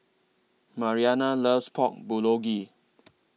Mariana loves Pork Bulgogi